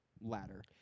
ladder